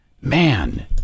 Man